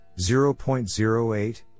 0.08